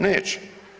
Neće.